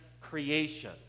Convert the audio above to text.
creation